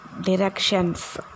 directions